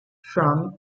from